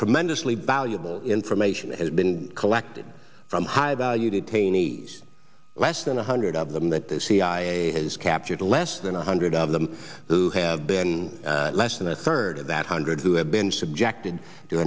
tremendously balliol information that has been collected from high value detainees less than one hundred of them that the cia has captured less than one hundred of them who have been less than a third of that hundred who have been subjected to